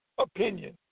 opinion